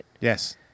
Yes